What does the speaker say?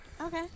Okay